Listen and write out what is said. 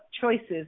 choices